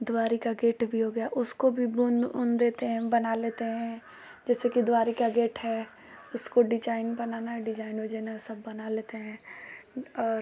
Dwarika gate भी हो गया उसको भी बुन उन देते हैं बना लेते हैं जैसे कि द्वारका गेट है उसको डिजाइन बनाना है डिजाइन ओजाइन वो सब बना लेते हैं और